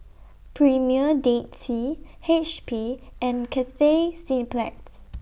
Premier Dead Sea H P and Cathay Cineplex